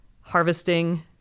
harvesting